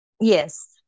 yes